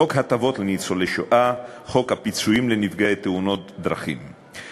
חוק הטבות לניצולי שואה וחוק הפיצויים לנפגעי תאונות דרכים.